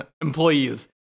employees